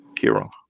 hero